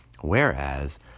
whereas